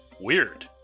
weird